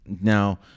Now